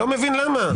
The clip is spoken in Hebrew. אני לא מבין למה.